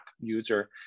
user